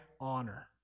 honor